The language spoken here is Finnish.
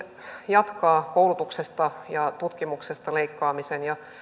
jatkaa koulutuksesta ja tutkimuksesta leikkaamista